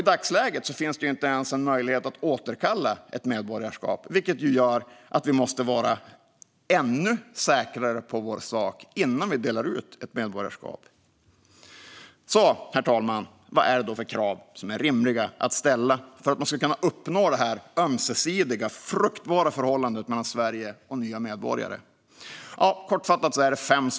I dagsläget finns det inte ens en möjlighet att återkalla ett medborgarskap, vilket gör att vi måste vara ännu säkrare på vår sak innan vi delar ut ett medborgarskap. Herr talman! Vad är det då för krav som är rimliga att ställa för att man ska kunna uppnå det ömsesidiga, fruktbara förhållandet mellan Sverige och nya medborgare? Kortfattat är det fem krav.